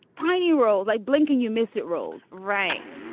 tiny roles like blinking, you miss it rolls. right.